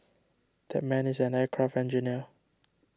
that man is an aircraft engineer